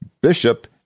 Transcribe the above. bishop